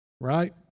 right